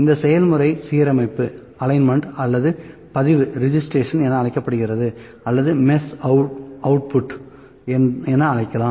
இந்த செயல்முறை சீரமைப்பு அல்லது பதிவு என அழைக்கப்படுகிறது அல்லது மெஷ் அவுட்புட் என அழைக்கலாம்